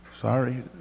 Sorry